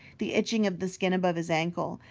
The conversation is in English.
the itching of the skin above his ankle,